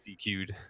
DQ'd